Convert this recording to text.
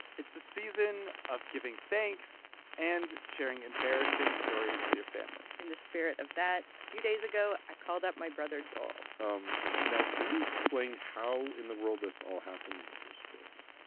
it's the season of giving thanks and sharing embarrassing stories with your family in the spirit of that, a few days ago, i called up my brother, joel um now, can you explain how in the world this all happened in the first place?